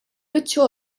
biċċa